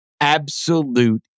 absolute